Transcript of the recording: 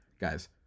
guys